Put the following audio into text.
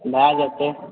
भय जेतै